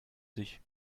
sich